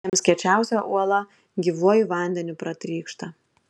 jiems kiečiausia uola gyvuoju vandeniu pratrykšta